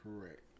correct